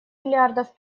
миллиардов